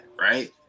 right